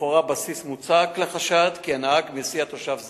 לכאורה בסיס מוצק לחשד כי הנהג מסיע תושב זר.